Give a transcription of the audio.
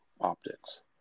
optics